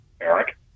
Eric